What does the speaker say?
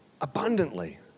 Abundantly